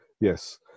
Yes